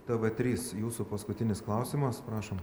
tv trys jūsų paskutinis klausimas prašom